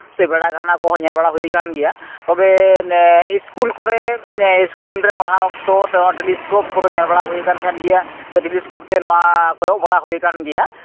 ᱥᱮ ᱵᱮᱲᱟ ᱜᱟᱦᱱᱟ ᱠᱚᱦᱚᱸ ᱧᱮᱞ ᱵᱟᱲᱟ ᱦᱩᱭ ᱟᱠᱟᱱ ᱜᱮᱭᱟ ᱛᱚᱵᱮ ᱤᱥᱠᱩᱞ ᱠᱚᱨᱮ ᱤᱥᱠᱩᱞ ᱨᱮ ᱯᱟᱲᱦᱟᱣ ᱚᱠᱛᱚ ᱱᱚᱣᱟ ᱴᱮᱞᱤᱥᱠᱳᱯ ᱠᱚᱫᱚ ᱧᱮᱞ ᱵᱟᱲᱟ ᱦᱩᱭ ᱟᱠᱟᱱ ᱛᱟᱦᱮᱸᱫ ᱜᱮᱭᱟ ᱥᱮ ᱴᱮᱞᱤᱥᱠᱳᱯ ᱛᱮ ᱱᱚᱣᱟ ᱠᱚᱭᱚᱜ ᱵᱟᱲᱟ ᱦᱩᱭ ᱟᱠᱟᱱ ᱜᱮᱭᱟ